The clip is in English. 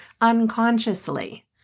unconsciously